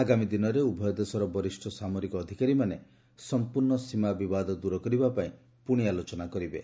ଆଗାମୀ ଦିନରେ ଉଭୟ ଦେଶର ବରିଷ୍ଠ ସାମରିକ ଅଧିକାରୀମାନେ ସମ୍ପର୍ଶ୍ଣ ସୀମା ବିବାଦ ଦୂର କରିବାପାଇଁ ପୁଣି ଆଲୋଚନା କରିବେ